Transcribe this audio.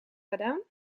gedaan